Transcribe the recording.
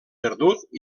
perdut